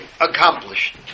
accomplished